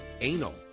Anal